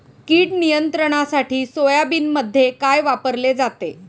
कीड नियंत्रणासाठी सोयाबीनमध्ये काय वापरले जाते?